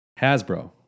Hasbro